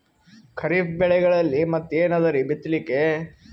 ಖರೀಫ್ ಬೆಳೆಗಳಲ್ಲಿ ಮತ್ ಏನ್ ಅದರೀ ಬಿತ್ತಲಿಕ್?